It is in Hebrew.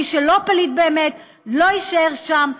מי שלא פליט באמת לא יישאר שם,